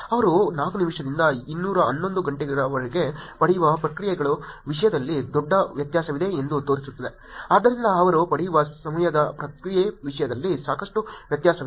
ಅವರು 4 ನಿಮಿಷದಿಂದ 211 ಗಂಟೆಗಳವರೆಗೆ ಪಡೆಯುವ ಪ್ರತಿಕ್ರಿಯೆಗಳ ವಿಷಯದಲ್ಲಿ ದೊಡ್ಡ ವ್ಯತ್ಯಾಸವಿದೆ ಎಂದು ತೋರಿಸುತ್ತದೆ ಆದ್ದರಿಂದ ಅವರು ಪಡೆಯುವ ಸಮಯದ ಪ್ರತಿಕ್ರಿಯೆಯ ವಿಷಯದಲ್ಲಿ ಸಾಕಷ್ಟು ವ್ಯತ್ಯಾಸವಿದೆ